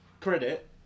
credit